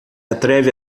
atreve